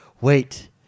wait